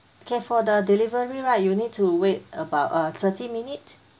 okay for the delivery right you need to wait about uh thirty minute